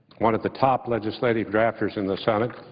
one of the top legislative drafters in the senate,